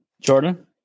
Jordan